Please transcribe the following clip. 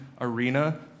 arena